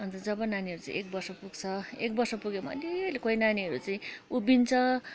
अन्त जब नानीहरू चाहिँ एक वर्ष पुग्छ एक वर्ष पुगेपछि भने अलिअलि कोही नानीहरू चाहिँ उभिन्छ